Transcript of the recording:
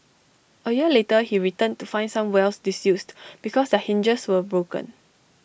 A year later he returned to find some wells disused because their hinges were broken